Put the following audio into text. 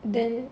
then